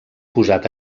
posat